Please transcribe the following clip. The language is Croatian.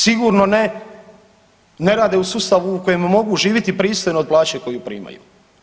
Sigurno ne rade u sustavu u kojem mogu živjeti pristojno od plaće koju primaju.